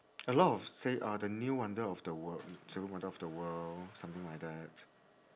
a lot of say uh the new wonder of the world seven wonder of the world something like that